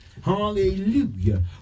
Hallelujah